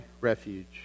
refuge